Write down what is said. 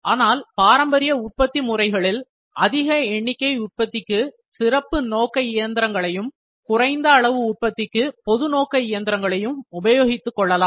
ஆனால் பாரம்பரிய உற்பத்தி முறைகளில் அதிக எண்ணிக்கை உற்பத்திக்கு சிறப்பு நோக்க இயந்திரங்களையும் குறைந்த அளவு உற்பத்திக்கு பொது நோக்க இயந்திரங்களையும் உபயோகித்துக்கொள்ளலாம்